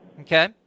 Okay